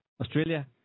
Australia